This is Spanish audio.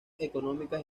económicas